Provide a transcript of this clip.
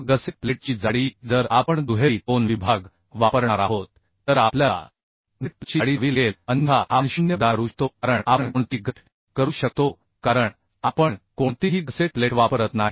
मग गसेट प्लेटची जाडी जर आपण दुहेरी कोन विभाग वापरणार आहोत तर आपल्याला गसेट प्लेटची जाडी द्यावी लागेल अन्यथा आपण 0 प्रदान करू शकतो कारण आपण कोणतीही गसेट प्लेट वापरत नाही